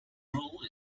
rule